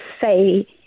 say